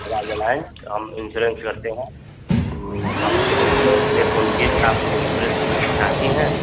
Bajaj Allianz तो हम insurance करते हैं हम आपको इन्श्योरेन्स के लिए फ़ोन किए हैं अगर आप इन्श्योरेन्स चाहती हैं